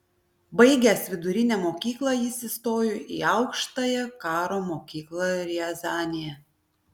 baigęs vidurinę mokyklą jis įstojo į aukštąją karo mokyklą riazanėje